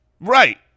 Right